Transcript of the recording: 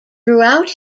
throughout